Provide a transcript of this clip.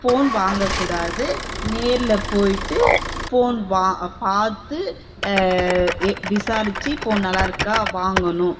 phone வாங்கக்கூடாது நேரில் போயிட்டு ஃபோன் வா பார்த்து விசாரித்து ஃபோன் நல்லாயிருக்கா வாங்கணும்